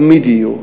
תמיד יהיו.